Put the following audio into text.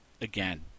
again